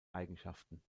eigenschaften